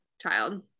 child